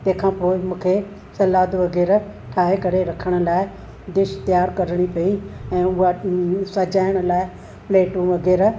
तंहिंखां पोइ मूंखे सलाद वग़ैरह ठाहे करे रखण लाइ डिश तयारु करणी पई ऐं उहा सजाइण लाइ प्लेटूं वग़ैरह